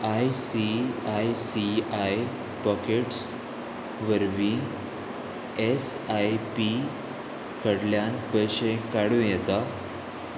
I C I C I pockets वरवीं S I P कडल्यान पयशे काडूं येता